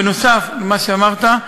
בנוסף למה שאמרת,